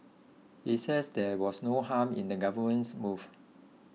he said there was no harm in the government's move